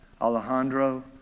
Alejandro